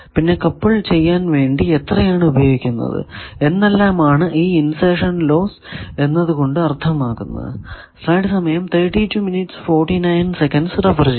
പിന്നെ കപ്പിൾ ചെയ്യാൻ വേണ്ടി എത്രയാണ് ഉപയോഗിക്കുന്നത് എന്നെല്ലാം ആണ് ഈ ഇൻസെർഷൻ ലോസ് എന്നത് കൊണ്ട് അർത്ഥമാക്കുന്നത്